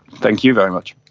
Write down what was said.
thank you very much.